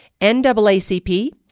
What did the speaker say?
NAACP